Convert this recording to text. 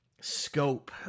scope